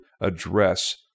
address